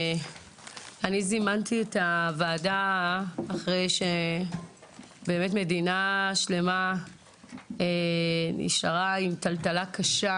אני זימנתי את הוועדה אחרי שבאמת מדינה שלמה נשארה עם טלטלה קשה,